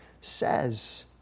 says